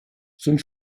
sind